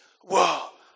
Whoa